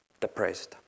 depressed